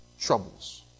troubles